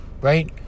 right